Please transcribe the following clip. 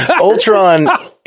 Ultron